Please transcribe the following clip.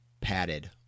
padded